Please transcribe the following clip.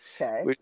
Okay